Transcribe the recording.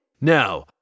Now